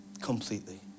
Completely